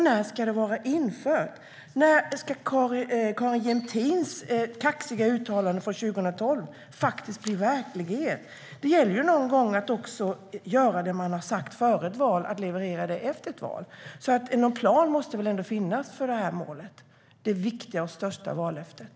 När ska detta vara infört? När ska Carin Jämtins kaxiga uttalande från 2012 faktiskt bli verklighet? Det gäller ju också någon gång att efter ett val leverera det man har sagt före ett val. Det måste väl ändå finnas någon plan för det här målet, det viktiga och största vallöftet.